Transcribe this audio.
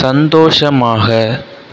சந்தோஷமாக